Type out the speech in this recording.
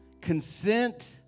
Consent